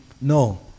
No